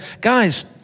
guys